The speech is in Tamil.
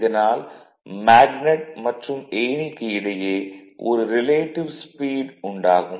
இதனால் மேக்னட் மற்றும் ஏணிக்கு இடையே ஒரு ரிலேட்டிவ் ஸ்பீடு உண்டாகும்